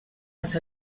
els